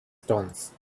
stones